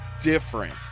different